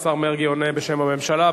השר מרגי עונה בשם הממשלה,